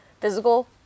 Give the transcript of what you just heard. physical